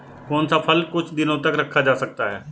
कौन सा फल कुछ दिनों तक रखा जा सकता है?